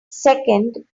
second